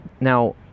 Now